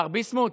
מר ביסמוט,